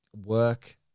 work